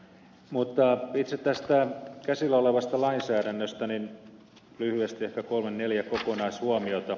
mutta itse tästä käsillä olevasta lainsäädännöstä lyhyesti ehkä kolme neljä kokonaishuomiota